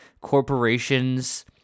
corporations